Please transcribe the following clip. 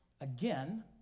Again